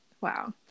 wow